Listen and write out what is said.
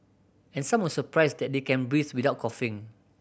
and some were surprised that they can breathe without coughing